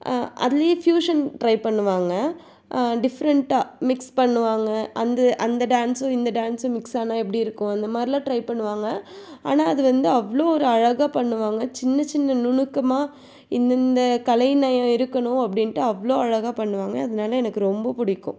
அதுலையும் fusion try பண்ணுவாங்க டிஃப்ரெண்ட்டாக மிக்ஸ் பண்ணுவாங்க அந்த அந்த டான்ஸும் இந்த டான்ஸும் மிக்ஸ் ஆனால் எப்படி இருக்கும் அந்த மாதிரிலாம் ட்ரை பண்ணுவாங்க ஆனால் அது வந்து அவ்வளோ ஒரு அழகாக பண்ணுவாங்க சின்ன சின்ன நுணுக்கமாக இந்தெந்த கலைநயம் இருக்கணும் அப்படின்ட்டு அவ்வளோ அழகாக பண்ணுவாங்க அதனால எனக்கு ரொம்ப பிடிக்கும்